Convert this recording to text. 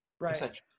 Right